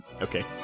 Okay